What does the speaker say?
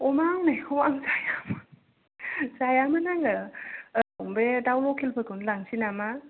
अमा हांनायखौ आं जायामोन जायामोन आङो औ बे दाउ लकेलफोरखौनो लांनोसै नामा